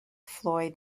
floyd